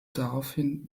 daraufhin